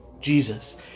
Jesus